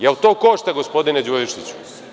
Je li to košta gospodine Đurišiću?